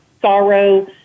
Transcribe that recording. sorrow